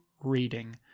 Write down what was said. reading